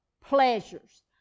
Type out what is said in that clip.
pleasures